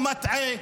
הוא מטעה.